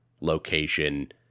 location